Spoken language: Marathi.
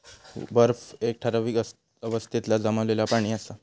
बर्फ एक ठरावीक अवस्थेतला जमलेला पाणि असा